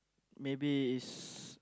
maybe is